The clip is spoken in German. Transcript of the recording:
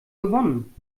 gewonnen